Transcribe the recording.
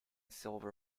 silver